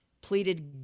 pleaded